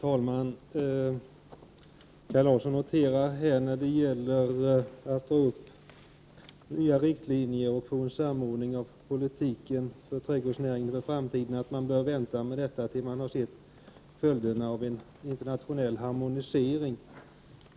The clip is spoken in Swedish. Herr talman! När det gäller att dra upp nya riktlinjer och få en samordning av trädgårdsodlingspolitiken för framtiden säger Kaj Larsson att man bör vänta med detta tills man har sett följderna av en internationell harmonisering.